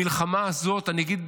המלחמה הזאת, אני אגיד,